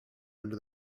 under